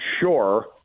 sure